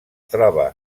troba